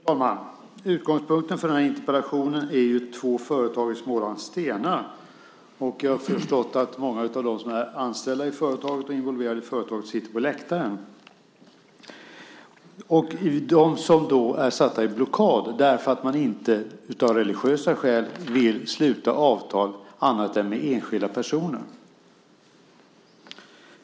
Fru talman! Utgångspunkten för den här interpellationen är två företag i Smålandsstenar - jag har förstått att många av dem som är anställda och involverade i företaget sitter på läktaren. De är då satta i blockad därför att de inte, av religiösa skäl, vill sluta avtal annat än med enskilda personer.